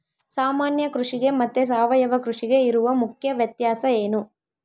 ಸಾಮಾನ್ಯ ಕೃಷಿಗೆ ಮತ್ತೆ ಸಾವಯವ ಕೃಷಿಗೆ ಇರುವ ಮುಖ್ಯ ವ್ಯತ್ಯಾಸ ಏನು?